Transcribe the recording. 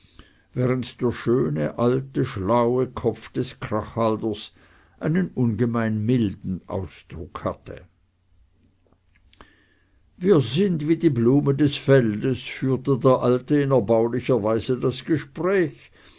während der schöne alte schlaue kopf des krachhalders einen ungemein milden ausdruck hatte wir sind wie die blume des feldes führte der alte in erbaulicher weise das gespräch